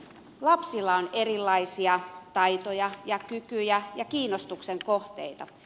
lapsilla on erilaisia taitoja ja kykyjä ja kiinnostuksen kohteita